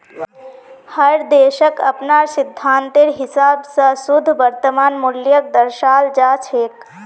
हर देशक अपनार सिद्धान्तेर हिसाब स शुद्ध वर्तमान मूल्यक दर्शाल जा छेक